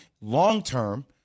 long-term